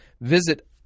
Visit